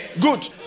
Good